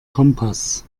kompass